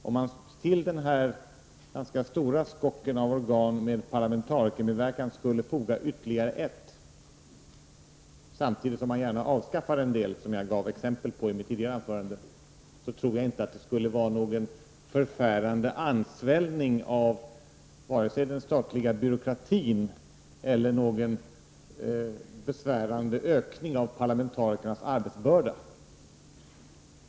Om man till denna ganska stora skock av organ med parlamentarikermedverkan skulle foga ytterligare ett, samtidigt som man gärna avskaffar en del, vilket jag gav exempel på tidigare, så tror jag inte att det skulle innebära någon förfärande ansvällning av den statliga byråkratin eller någon besvärande ökning av parlamentarikernas arbetsbörda.